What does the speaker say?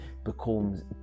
becomes